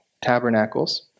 Tabernacles